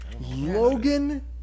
Logan